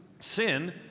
sin